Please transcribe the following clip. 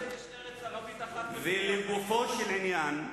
בשביל זה יש ארץ ערבית אחת, ולגופו של עניין,